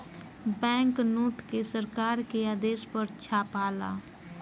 bank note के सरकार के आदेश पर छापाला